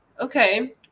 Okay